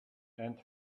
and